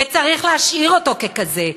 וצריך להשאיר אותו כזה,